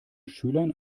schülern